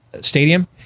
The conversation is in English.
stadium